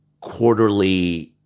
quarterly –